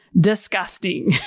disgusting